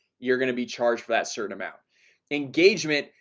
you're gonna be charged for that certain amount engagement.